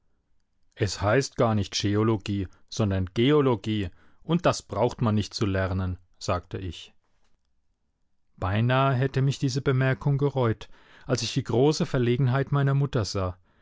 es heißt gar nicht scheologie sondern geologie und das braucht man nicht zu lernen sagte ich beinahe hätte mich diese bemerkung gereut als ich die große verlegenheit meiner mutter sah